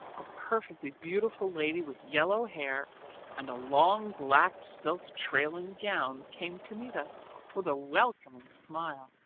a perfectly beautiful lady with yellow hair and a long black silk trailing gown came to meet us with a welcoming smile.